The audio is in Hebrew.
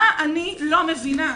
מה אני לא מבינה?